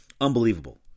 Unbelievable